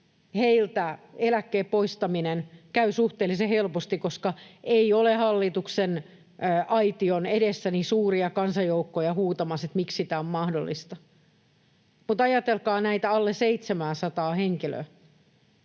Heiltä eläkkeen poistaminen käy suhteellisen helposti, koska ei ole hallituksen aition edessä suuria kansanjoukkoja huutamassa, miksi tämä on mahdollista. Mutta ajatelkaa näitä alle 700:aa henkilöä: